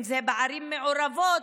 אם זה בערים מעורבות,